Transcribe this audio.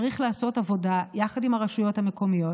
צריך לעשות עבודה יחד עם הרשויות המקומיות,